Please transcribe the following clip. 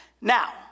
Now